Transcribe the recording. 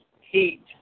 heat